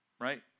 right